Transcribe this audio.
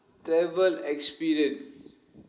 travel experience